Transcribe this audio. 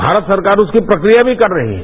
भारत सरकार उसकी प्रक्रिया भी कर रही है